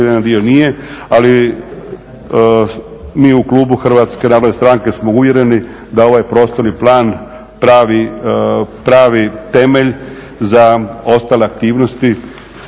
ali mi u klubu Hrvatske narodne stranke smo uvjereni da ovaj prostorni plan pravi temelj za ostale aktivnosti